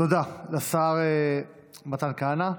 תודה לשר מתן כהנא.